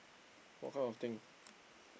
what kind of thing